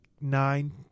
nine